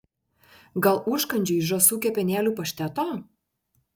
gal užkandžiui žąsų kepenėlių pašteto